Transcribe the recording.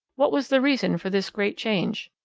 what was the reason for this great change?